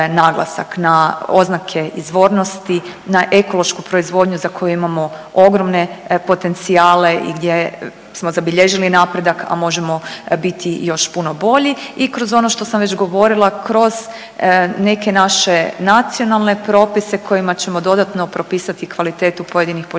na oznake izvornosti, na ekološku proizvodnju za koju imamo ogromne potencijale i gdje smo zabilježili napredak, a možemo biti još puno bolji i kroz ono što sam već govorila, kroz neke naše nacionalne propise kojima ćemo dodatno propisati kvalitetu pojedinih poljoprivrednih